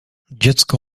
dziecko